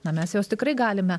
na mes juos tikrai galime